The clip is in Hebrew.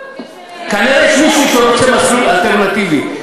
כנראה יש מישהו שרוצה מסלול אלטרנטיבי,